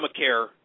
Obamacare